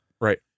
right